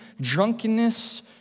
drunkenness